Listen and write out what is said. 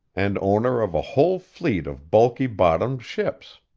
and owner of a whole fleet of bulky-bottomed ships.